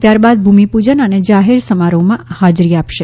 ત્યારબાદ ભૂમિપૂજન અને જાહેર સમારોહમાં હાજરી આપશે